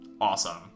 awesome